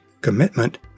Commitment